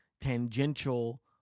tangential